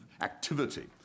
activity